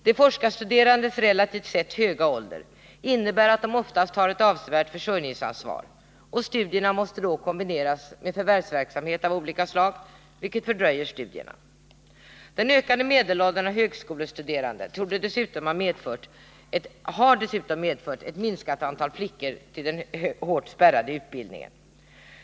De forskarstuderandes relativt sett höga ålder innebär att de oftast har ett avsevärt försörjningsansvar, och studierna måste då kombineras med förvärvsverksamhet av olika slag, vilket fördröjer studierna. Den ökade medelåldern hos högskolestuderande har dessutom medfört ett minskat antal flickor till den hårt spärrade utbildningen.